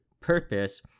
purpose